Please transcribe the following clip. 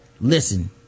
listen